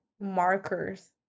markers